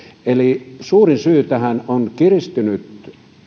suurin syy tähän on kiristynyt